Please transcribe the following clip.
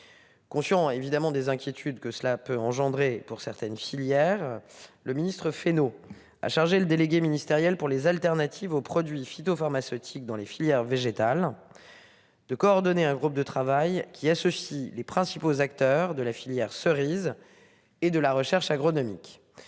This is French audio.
Conscient évidemment des inquiétudes que cela peut engendrer pour certaines filières. Le ministre-Fesneau a chargé le délégué ministériel pour les alternatives aux produits phytopharmaceutiques dans les filières végétales. De coordonner un groupe de travail qui ceci les principaux acteurs de la filière cerises et de la recherche agronomique.